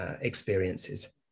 experiences